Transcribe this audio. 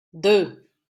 deux